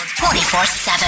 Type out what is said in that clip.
24/7